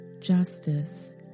justice